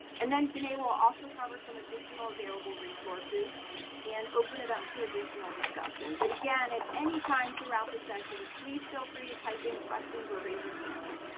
and then jenna will also cover some additional available resources and open it up to additional discussion. but again, at any time throughout the session, please feel free to type in questions or raise your hand.